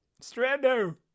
Strando